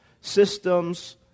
systems